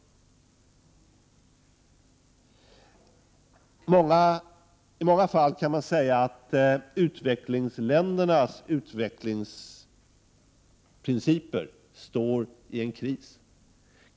I många fall kan man säga att utvecklingsländernas utvecklingsprinciper befinner sig i en kris.